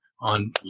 on